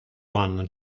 one